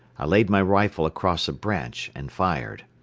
i laid my rifle across a branch and fired.